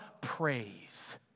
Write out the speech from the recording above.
praise